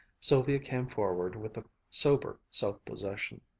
sylvia came forward with a sober self-possession.